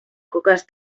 coques